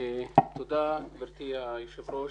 תודה, גברתי היושבת ראש.